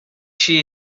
she